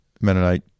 Mennonite